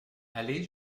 aller